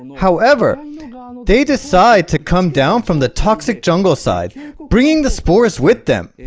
however they decide to come down from the toxic jungle side bringing the spores with them